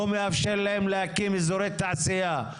להקים אזורי תעשיה,